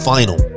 Final